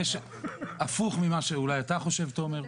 צחי: הפוך ממה שאולי אתה חושב תומר.